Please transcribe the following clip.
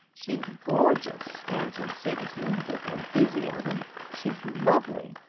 she's gorgeous, answered sigismund, with enthusiasm she's lovely.